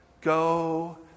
go